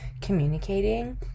communicating